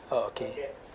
okay